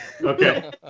okay